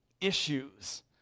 issues